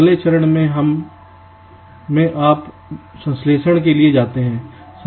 अगले चरण में आप संश्लेषण के लिए जाते हैं